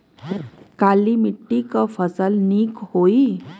काली मिट्टी क फसल नीक होई?